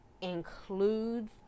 includes